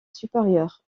supérieurs